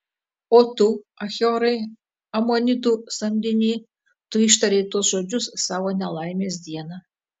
o tu achiorai amonitų samdiny tu ištarei tuos žodžius savo nelaimės dieną